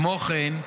כמו כן,